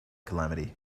calamity